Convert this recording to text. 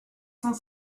cent